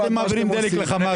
אתם מעבירים דלק לחמאס.